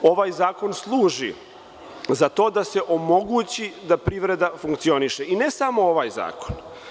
Ovaj zakon služi za to da se omogući da privreda funkcioniše, i ne samo ovaj zakon.